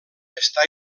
està